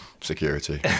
Security